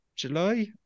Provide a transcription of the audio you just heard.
July